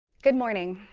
good morning.